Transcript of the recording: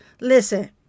Listen